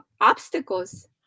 obstacles